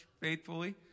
faithfully